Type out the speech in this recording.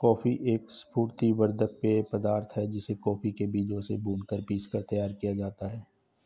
coffee एक स्फूर्ति वर्धक पेय पदार्थ है जिसे कॉफी के बीजों से भूनकर पीसकर तैयार किया जाता है